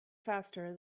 faster